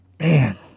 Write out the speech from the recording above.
man